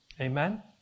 Amen